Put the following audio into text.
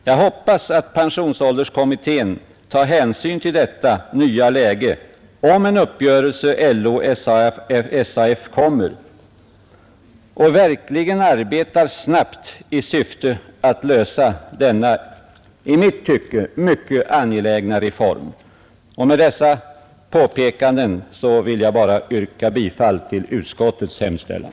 Jag hoppas att pensionsålderskommittén tar hänsyn till detta nya läge, om en uppgörelse LO-SAF kommer, och verkligen arbetar snabbt i syfte att få till stånd denna i mitt tycke mycket angelägna reform. 63 Med dessa påpekanden vill jag bara yrka bifall till utskottets hemställan.